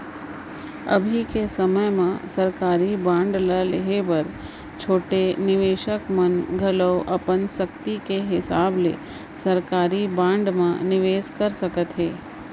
अभी के समे म सरकारी बांड ल लेहे बर छोटे निवेसक मन घलौ अपन सक्ति के हिसाब ले सरकारी बांड म निवेस कर सकत हें